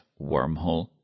wormhole